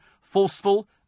forceful